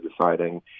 deciding